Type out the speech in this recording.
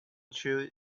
cheese